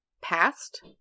past